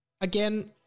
Again